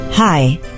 Hi